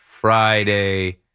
Friday